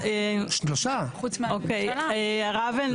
הרב אלנתן,